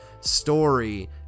story